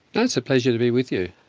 but it's a pleasure to be with you.